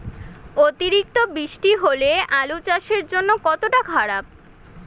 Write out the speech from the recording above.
অতিরিক্ত বৃষ্টি হলে আলু চাষের জন্য কতটা খারাপ?